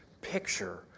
picture